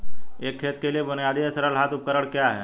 एक खेत के लिए बुनियादी या सरल हाथ उपकरण क्या हैं?